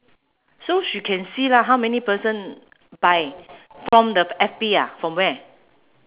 so she can see lah how many person buy from the F_B ah from where